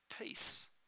peace